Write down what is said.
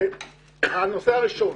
הנושא הראשון: